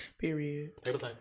Period